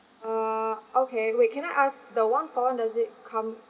uh okay wait can I ask the one-for-one does it come